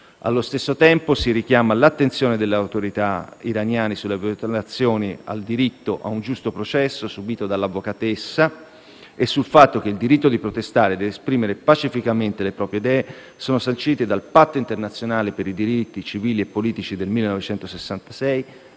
Allo stesso tempo, si richiama l'attenzione delle autorità iraniane sulle violazioni al diritto a un giusto processo subite dall'avvocatessa e sul fatto che il diritto di protestare ed esprimere pacificamente le proprie idee è sancito dal Patto internazionale sui diritti civili e politici del 1966,